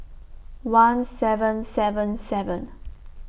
one seven seven seven